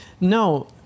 No